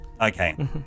Okay